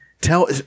tell